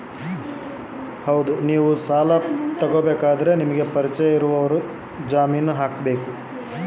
ನಾನು ಸಾಲ ತಗೋಬೇಕಾದರೆ ನನಗ ಪರಿಚಯದವರ ಕಡೆಯಿಂದ ಜಾಮೇನು ಹಾಕಿಸಬೇಕಾ?